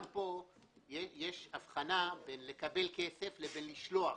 גם פה יש הבחנה בין לקבל כסף לבין לשלוח.